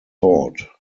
thought